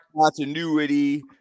Continuity